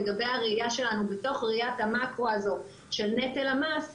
לגבי הראייה שלנו בתוך ראיית המקרו הזו של נטל המס,